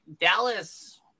Dallas